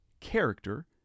character